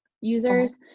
users